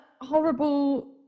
horrible